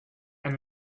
and